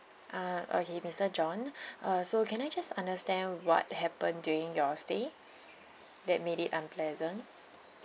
ah okay mister john uh so can I just understand what happened during your stay that made it unpleasant